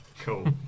Cool